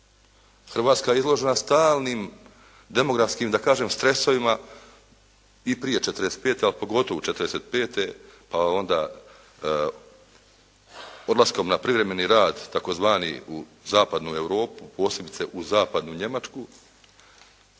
Hrvatska je izložena stalnim demografskim da kažem stresovima i prije 45., a pogotovo u '45., a onda odlaskom na privremeni rad tzv. u zapadnu Europu posebice u zapadnu Njemačku